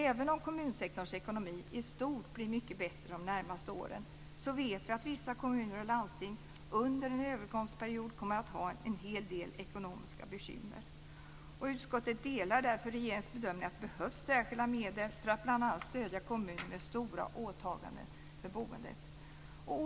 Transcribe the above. Även om kommunsektorns ekonomi i stort blir mycket bättre de närmaste åren vet vi att vissa kommuner och landsting under en övergångsperiod kommer att ha en hel del ekonomiska bekymmer. Utskottet delar därför regeringens bedömning att det behövs särskilda medel för att bl.a. stödja kommuner med stora åtaganden för boendet.